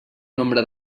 nombre